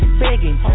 begging